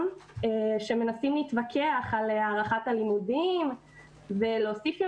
מנסים להתווכח על הארכת הלימודים ולהוסיף ימים,